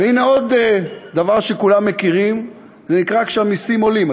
והנה עוד דבר שכולם מכירים: זה נקרא שהמסים עולים.